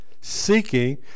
seeking